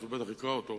הוא בטח יקרא אותו.